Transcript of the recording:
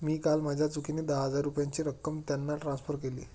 मी काल माझ्या चुकीने दहा हजार रुपयांची रक्कम त्यांना ट्रान्सफर केली